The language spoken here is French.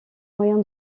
moyen